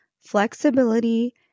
flexibility